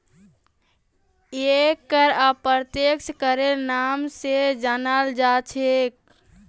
एक कर अप्रत्यक्ष करेर नाम स जानाल जा छेक